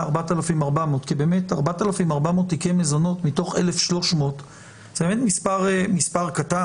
4,400. כי באמת 4,400 תיקי מזונות מתוך 130,000 זה באמת מספר קטן.